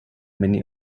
many